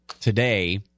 today